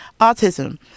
autism